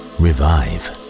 revive